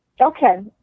Okay